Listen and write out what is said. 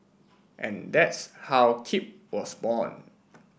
and that's how Keep was born